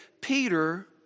Peter